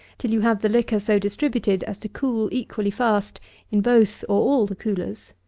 till you have the liquor so distributed as to cool equally fast in both, or all, the coolers.